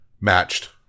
Matched